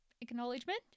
acknowledgement